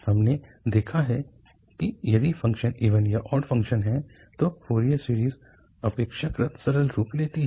हमने देखा है कि यदि फ़ंक्शन इवन या ऑड फ़ंक्शन है तो फोरियर सीरीज़ अपेक्षाकृत सरल रूप लेती है